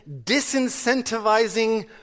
disincentivizing